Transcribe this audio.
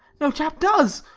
no chap does.